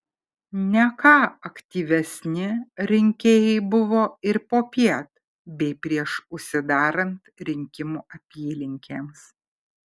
ne ką aktyvesni rinkėjai buvo ir popiet bei prieš užsidarant rinkimų apylinkėms